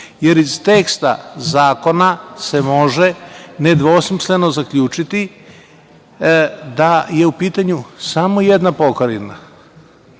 teksta zakona se može nedvosmisleno zaključiti da je u pitanju samo jedna pokrajina,